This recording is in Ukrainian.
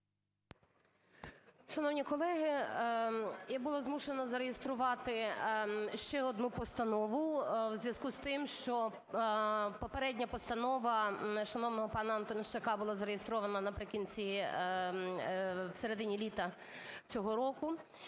Шановні колеги, я була змушена зареєструвати ще одну постанову в зв'язку з тим, що попередня постанова шановного пана Антонищака була зареєстрована наприкінці, всередині літа цього року.